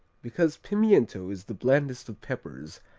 because pimiento is the blandest of peppers,